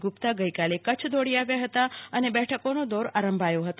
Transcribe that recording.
ગુપ્તા ગઈકાલે કચ્છ દોડી આવ્યા હતા અને બેઠકોનો દોર આરંભી દેવાયો હતો